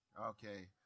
Okay